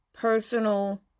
personal